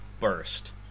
burst